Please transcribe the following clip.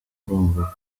urumva